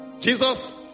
Jesus